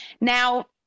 Now